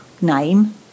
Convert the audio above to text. name